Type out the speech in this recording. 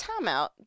timeout